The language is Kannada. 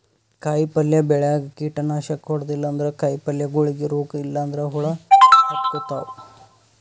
ಕಾಯಿಪಲ್ಯ ಬೆಳ್ಯಾಗ್ ಕೀಟನಾಶಕ್ ಹೊಡದಿಲ್ಲ ಅಂದ್ರ ಕಾಯಿಪಲ್ಯಗೋಳಿಗ್ ರೋಗ್ ಇಲ್ಲಂದ್ರ ಹುಳ ಹತ್ಕೊತಾವ್